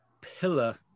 pillar